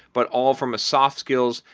but all from a soft skills.